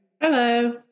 Hello